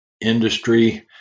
industry